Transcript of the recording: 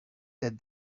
that